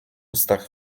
ustach